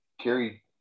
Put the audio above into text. carry